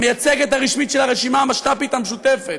המייצגת הרשמית של הרשימה המשת"פית המשותפת,